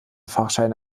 fahrscheine